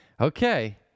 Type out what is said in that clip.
Okay